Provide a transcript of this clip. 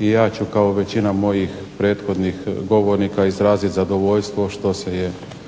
i ja ću kao većina mojih prethodnih govornika izraziti zadovoljstvo što se je